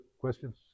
questions